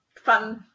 fun